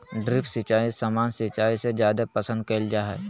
drip सिंचाई सामान्य सिंचाई से जादे पसंद कईल जा हई